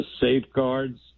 safeguards